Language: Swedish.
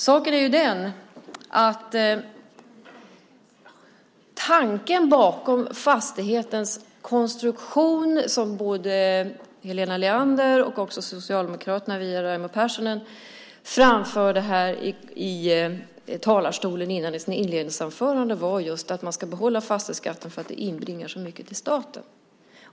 Saken är den att tanken bakom fastighetsskattens konstruktion, som både Helena Leander och också Socialdemokraterna via Raimo Pärssinen framförde här i talarstolen i sina inledningsanföranden, var just att man ska behålla fastighetsskatten för att det inbringar så mycket till staten.